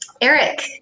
Eric